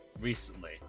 recently